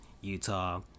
Utah